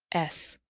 s.